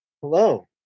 Hello